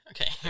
Okay